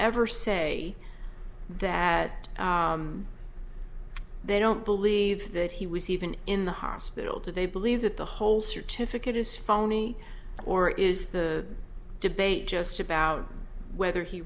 ever say that they don't believe that he was even in the hospital today believe that the whole certificate is phony or is the debate just about whether he